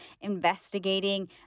investigating